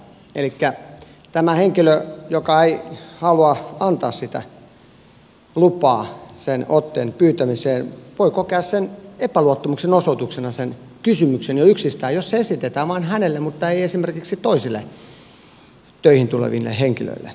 elikkä tämä henkilö joka ei halua antaa lupaa sen otteen pyytämiseen voi kokea sen epäluottamuksen osoituksena sen kysymyksen jo yksistään jos se esitetään vain hänelle mutta ei esimerkiksi toisille töihin tuleville henkilöille